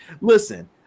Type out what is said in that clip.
Listen